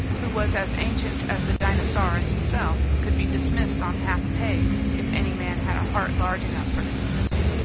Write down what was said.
who was as ancient as the dinosaurus itself, could be dismissed on half-pay if any man had a heart large enough for the dismissal.